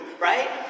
right